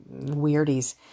weirdies